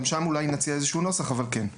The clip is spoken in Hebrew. גם שם נציע, אולי, איזה שהוא נוסח, אבל כן.